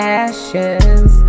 ashes